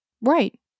Right